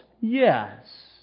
yes